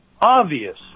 obvious